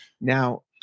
Now